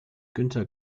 günter